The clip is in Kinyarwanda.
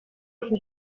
inkwi